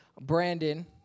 Brandon